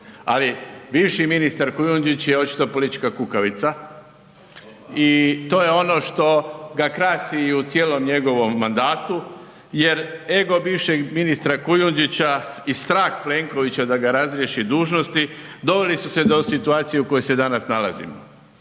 ali bivši ministar Kujundžić je očito politička kukavica i to je ono što ga krasi i u cijelom njegovom mandatu jer ego bivšeg ministra Kujundžića i strah Plenkovića da ga razriješi dužnosti doveli su se do situacije u kojoj se danas nalazimo.